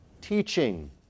teaching